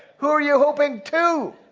who are you hoping to?